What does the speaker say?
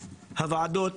הוועדות,